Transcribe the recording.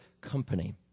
company